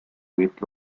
weight